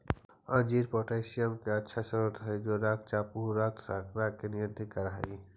अंजीर पोटेशियम के अच्छा स्रोत हई जे रक्तचाप आउ रक्त शर्करा के नियंत्रित कर हई